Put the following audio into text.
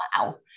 Wow